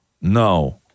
No